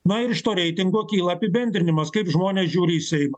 na ir iš to reitingo kyla apibendrinimas kaip žmonės žiūri į seimą